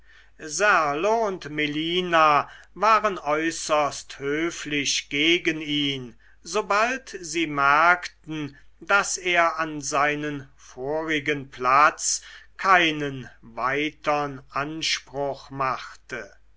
und melina waren äußerst höflich gegen ihn sobald sie merkten daß er an seinen vorigen platz keinen weitern anspruch machte